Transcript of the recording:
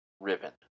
ribbon